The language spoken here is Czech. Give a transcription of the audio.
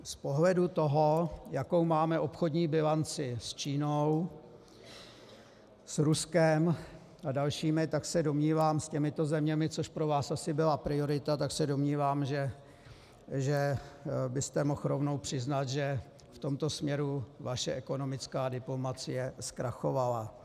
Z pohledu toho, jakou máme obchodní bilanci s Čínou, s Ruskem a s dalšími těmito zeměmi, což pro vás asi byla priorita, tak se domnívám, že byste mohl rovnou přiznat, že v tomto směru vaše ekonomická diplomacie zkrachovala.